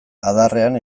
adarrean